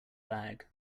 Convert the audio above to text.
bag